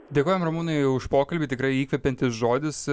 dėkojam ramūnui už pokalbį tikrai įkvepiantis žodis